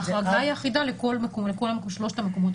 ההחרגה היחידה לכל שלושת המקומות האלה.